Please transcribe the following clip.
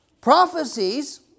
prophecies